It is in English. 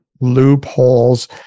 loopholes